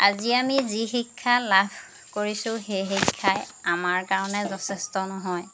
আজি আমি যি শিক্ষা লাভ কৰিছোঁ সেই শিক্ষাই আমাৰ কাৰণে যথেষ্ট নহয়